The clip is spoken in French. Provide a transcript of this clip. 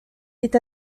est